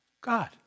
God